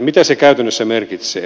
mitä se käytännössä merkitsee